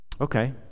Okay